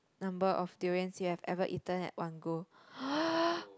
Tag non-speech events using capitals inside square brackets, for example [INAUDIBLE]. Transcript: number of durians you have ever eaten at one go [NOISE]